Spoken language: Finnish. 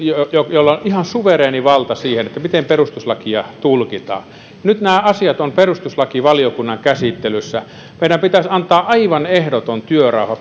jolla on ihan suvereeni valta siihen miten perustuslakia tulkitaan nyt nämä asiat ovat perustuslakivaliokunnan käsittelyssä meidän pitäisi antaa aivan ehdoton työrauha